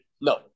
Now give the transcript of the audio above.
no